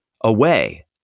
Away